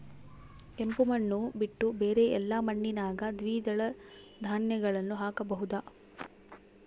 ಕೆಂಪು ಮಣ್ಣು ಬಿಟ್ಟು ಬೇರೆ ಎಲ್ಲಾ ಮಣ್ಣಿನಾಗ ದ್ವಿದಳ ಧಾನ್ಯಗಳನ್ನ ಹಾಕಬಹುದಾ?